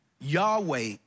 Yahweh